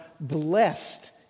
blessed